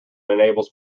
enables